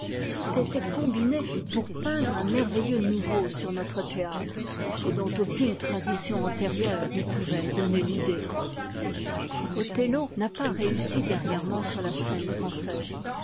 tout était combiné pour peindre un merveilleux nouveau sur notre théâtre et dont aucune tradition antérieure ne pouvait donner l'idée othello n'a pas réussi dernièrement sur la scène française